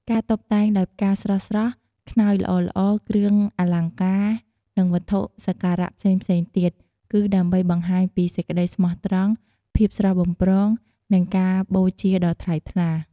ការតុបតែងដោយផ្កាស្រស់ៗ ខ្នើយល្អៗ គ្រឿងអលង្ការ និងវត្ថុសក្ការៈផ្សេងៗទៀត គឺដើម្បីបង្ហាញពីសេចក្តីស្មោះត្រង់ ភាពស្រស់បំព្រង និងការបូជាដ៏ថ្លៃថ្លា។